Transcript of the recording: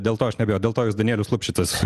dėl to aš neabejoju dėl to jus danielius lupšicas